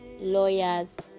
lawyers